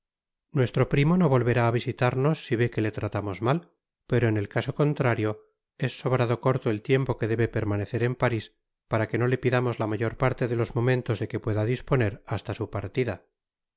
nuestro primo no volverá á visitarnos si vé que le traiamos mal pero en el caso contrario es sobrado corto el tiempo que debe permanecer en paris para que no le pidamos la mayor parte de los momentos de que pueda disponer basta su partida